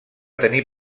tenir